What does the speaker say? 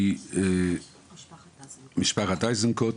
של משפחת איזנקוט.